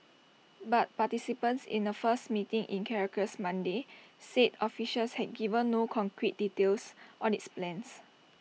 but participants in A first meeting in Caracas Monday said officials had given no concrete details on its plans